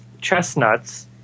chestnuts